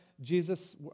Jesus